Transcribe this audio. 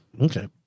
Okay